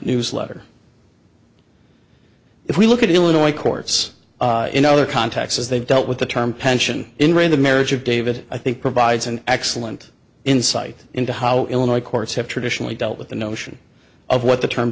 newsletter if we look at illinois courts in other contacts as they dealt with the term pension in rain the marriage of david i think provides an excellent insight into how illinois courts have traditionally dealt with the notion of what the term